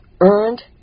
earned